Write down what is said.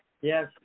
yes